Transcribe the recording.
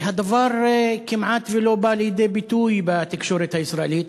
הדבר כמעט לא בא לידי ביטוי בתקשורת הישראלית.